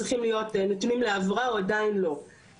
לכן אין התראה כי לא יכולה להיות התראה כזאת,